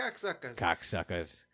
cocksuckers